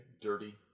dirty